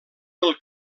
del